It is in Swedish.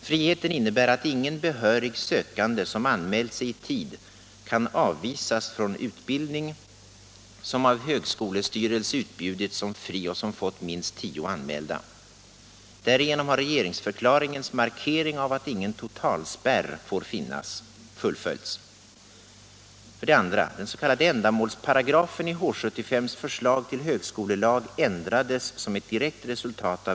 Friheten innebär att ingen behörig sökande som anmält sig i tid kan avvisas från utbildning, som av högskolestyrelse utbjudits som fri och som fått minst tio anmälda. Därigenom har regeringsförklaringens markering av att ingen totalspärr får finnas fullföljts. 4.